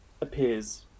appears